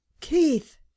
keith